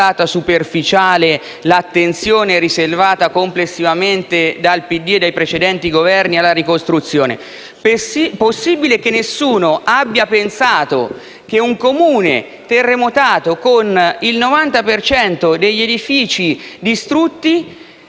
alla ricostruzione. Possibile che nessuno abbia pensato che un Comune terremotato, con il 90 per cento degli edifici distrutti,